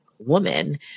woman